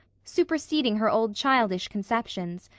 superseding her old childish conceptions,